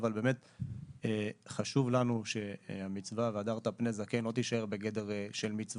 אבל באמת חשוב לנו שהמצווה "והדרת פני זקן" לא תישאר בגדר מצווה,